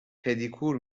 پدیکور